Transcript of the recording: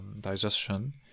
digestion